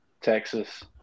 Texas